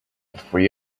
three